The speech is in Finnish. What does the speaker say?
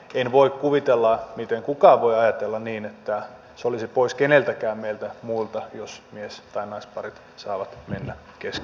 en voi kuvitella miten kukaan voi ajatella niin että se olisi pois keneltäkään meistä muista jos mies tai naisparit saavat mennä keskenään naimisiin